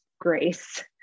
grace